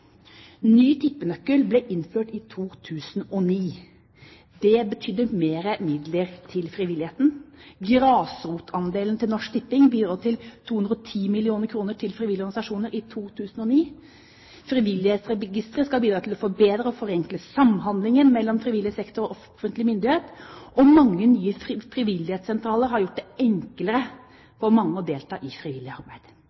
ny tippenøkkel ble innført i 2009. Det betydde flere midler til frivilligheten. Grasrotandelen til Norsk Tipping bidro til 210 mill. kr til frivillige organisasjoner i 2009. Frivillighetsregisteret skal bidra til å forbedre og forenkle samhandlingen mellom frivillig sektor og offentlig myndighet, og mange nye frivillighetssentraler har gjort det